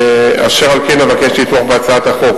אשר על כן, אבקש לתמוך בהצעת החוק.